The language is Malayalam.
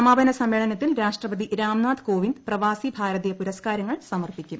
സമാപന സമ്മേളനത്തിൽ രാഷ്ട്രപതി രാംനാഥ് കോവിന്ദ് പ്രവാസി ഭാരതീയ പുരസ്കാരങ്ങൾ സമർപ്പിക്കും